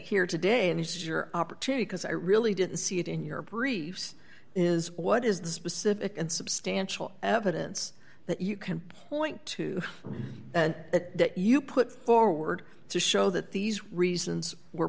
here today and use your opportunity because i really didn't see it in your briefs is what is the specific and substantial evidence that you can point to and that you put forward to show that these reasons were